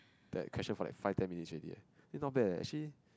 that question for that five ten minutes already eh not bad actually